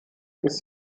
ist